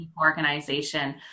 organization